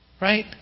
Right